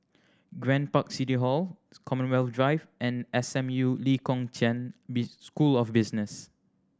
Grand Park City Hall Commonwealth Drive and S M U Lee Kong Chian Be School of Business